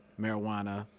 Marijuana